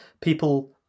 people